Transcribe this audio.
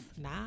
Nah